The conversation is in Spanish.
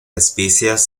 especies